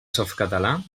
softcatalà